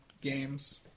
games